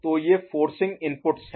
तो ये forcing inputs हैं